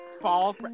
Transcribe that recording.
fall